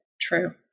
true